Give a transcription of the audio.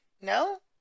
No